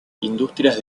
industrias